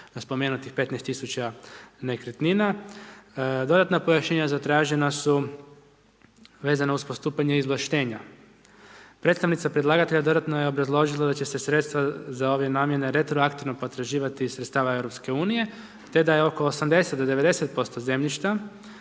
spomenutih 15000 nekretnina. Dodatna pojašnjenja zatražena su vezana uz postupanje izvlaštenja. Predstavnica predlagatelja dodatno je obrazložila da će se sredstva za ove namjene retroaktivno potraživati iz sredstva Europske unije, te da je oko 80 do 90% zemljišta,